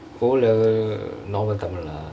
O level normal tamil lah